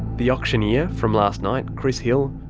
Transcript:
the auctioneer from last night, chris hill,